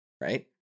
right